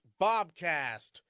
Bobcast